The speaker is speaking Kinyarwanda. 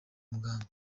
muganga